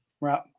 Right